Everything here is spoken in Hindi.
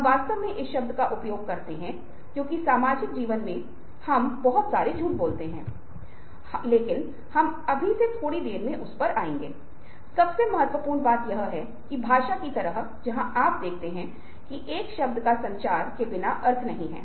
आप जो भी समझाने की कोशिश कर रहे हैं वह वास्तव में एक झूठ है जो अलग अलग मुद्दा है लेकिन अगर आप जानते हैं कि आप जो कर रहे हैं वह गलत है तो आप जानते हैं कि आप जो कर रहे हैं वह धोखा है और आप हेरफेर कर रहे हैं